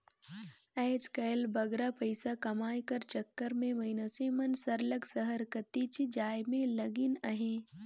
आएज काएल बगरा पइसा कमाए कर चक्कर में मइनसे मन सरलग सहर कतिच जाए में लगिन अहें